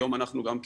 היום אנחנו גם כן,